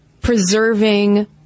preserving